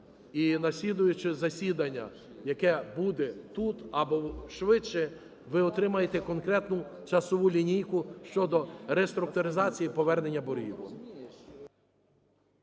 і на слідуюче засідання, яке буде тут, або швидше ви отримаєте конкретну часову лінійку щодо реструктуризації повернення боргів.